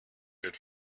good